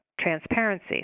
transparency